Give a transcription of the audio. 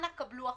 אנא קבלו החלטה.